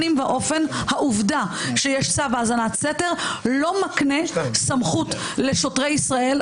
העובדה שיש צו האזנת סתר לא מקנה סמכות לשוטרי ישראל,